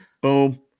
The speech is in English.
Boom